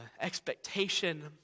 expectation